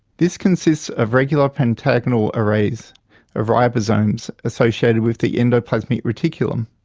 this consists of regular pentagonal arrays of ribosomes associated with the endoplasmic reticulum.